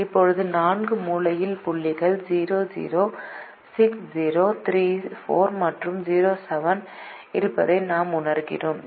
இப்போது 4 மூலையில் புள்ளிகள் 0 0 6 0 3 4 மற்றும் 0 7 இருப்பதை நாம் உணர்கிறோம்